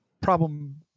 problem